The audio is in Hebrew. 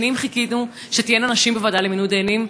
שנים חיכינו שתהיינה נשים בוועדה לבחירת דיינים,